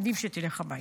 עדיף שתלך הביתה.